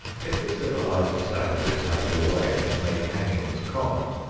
if the civilized savages have their way and make hangings common,